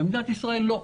במדינת ישראל לא.